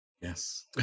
yes